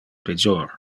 pejor